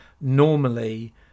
normally